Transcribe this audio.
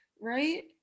right